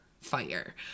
fire